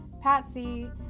Patsy